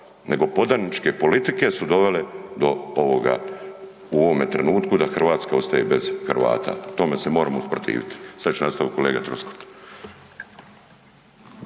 nego podaničke politike su dovele do ovoga u ovome trenutku da Hrvatska ostaje bez Hrvata, tome se moramo protivit, sad će nastavit kolega Troskot.